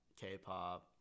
K-pop